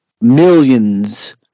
millions